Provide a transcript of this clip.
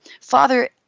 Father